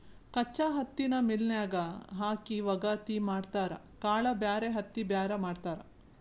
ಕಚ್ಚಾ ಹತ್ತಿನ ಮಿಲ್ ನ್ಯಾಗ ಹಾಕಿ ವಗಾತಿ ಮಾಡತಾರ ಕಾಳ ಬ್ಯಾರೆ ಹತ್ತಿ ಬ್ಯಾರೆ ಮಾಡ್ತಾರ